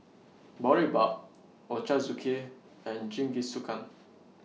Boribap Ochazuke and Jingisukan